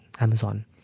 Amazon